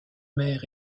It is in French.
mère